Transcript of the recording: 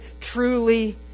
truly